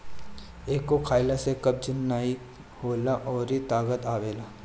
एके खइला से कब्ज नाइ होला अउरी ताकत आवेला